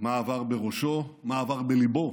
מה עבר בראשו, מה עבר בליבו